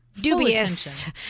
dubious